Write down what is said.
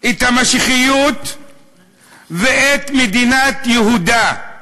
את המשיחיות ואת מדינת יהודה.